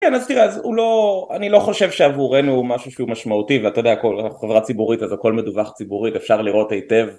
כן, אז תראה, אני לא חושב שעבורנו משהו שהוא משמעותי, ואתה יודע, אנחנו חברה ציבורית, אז הכל מדווח ציבורית, אפשר לראות היטב.